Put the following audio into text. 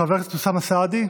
חבר הכנסת אוסאמה סעדי,